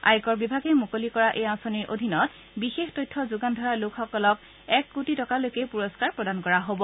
আয়কৰ বিভাগে মুকলি কৰা এই আঁচনিৰ অধীনত বিশেষ তথ্য যোগান ধৰা লোকসকলক এক কোটি টকালৈকে পুৰস্থাৰ প্ৰদান কৰা হ'ব